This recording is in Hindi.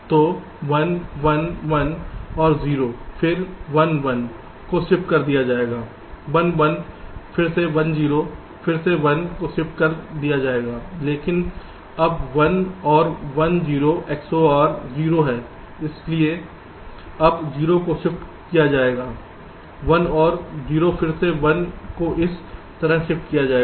तो 1 1 1 और 0 फिर से 1 1 को शिफ्ट कर दिया जाएगा 1 1 फिर से 1 0 फिर से 1 को शिफ्ट कर दिया जाएगा लेकिन अब 1 और 1 0 XOR 0 है इसलिए अब 0 को शिफ्ट किया जाएगा 1 और 0 फिर से 1 को इस तरह शिफ्ट किया जाएगा